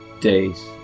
days